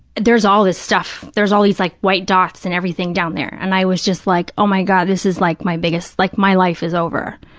there's all this stuff, there's all these like white dots and everything down there, and i was just like, oh, my god, this is like my biggest, like my life is over.